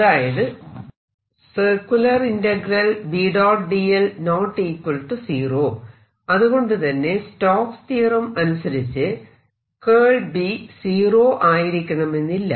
അതായത് അതുകൊണ്ട് തന്നെ സ്റ്റോക്സ് stokes theorem തിയറം അനുസരിച്ച് B സീറോ ആയിരിക്കണമെന്നില്ല